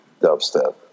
dubstep